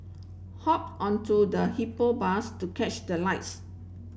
hop onto the Hippo Bus to catch the lights